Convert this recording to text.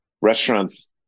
restaurants